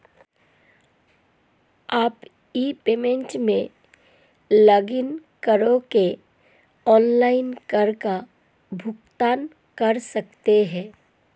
आप e payment में login करके ऑनलाइन कर का भुगतान कर सकते हैं